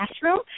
classroom